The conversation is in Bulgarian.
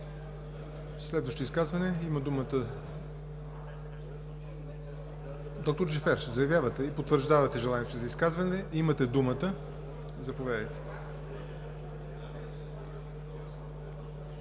Следващо изказване? Доктор Джафер, заявявате и потвърждавате желанието си за изказване. Имате думата, заповядайте.